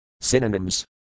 Synonyms